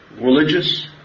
religious